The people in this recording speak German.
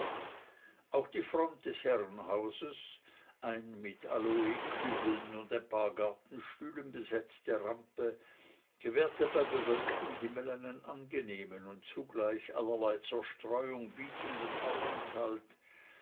auch die front des herrenhauses eine mit aloekübeln und ein paar gartenstühlen besetzte rampe gewährte bei bewölktem himmel einen angenehmen und zugleich allerlei zerstreuung bietenden aufenthalt